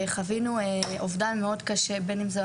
חווינו אובדן מאוד קשה בין אם זו